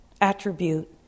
attribute